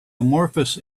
amorphous